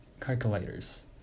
Calculators